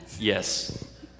yes